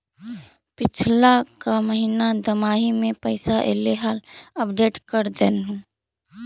पिछला का महिना दमाहि में पैसा ऐले हाल अपडेट कर देहुन?